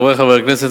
חברי חברי הכנסת,